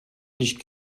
nicht